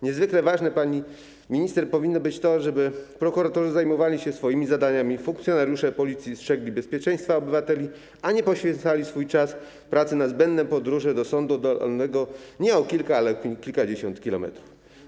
Niezwykle ważne, pani minister, powinno być to, żeby prokuratorzy zajmowali się swoimi zadaniami, funkcjonariusze Policji strzegli bezpieczeństwa obywateli, a nie poświęcali swój czas pracy na zbędne podróże do sądu oddalonego nie o kilka, ale o kilkadziesiąt kilometrów.